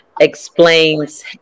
explains